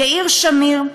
יאיר שמיר,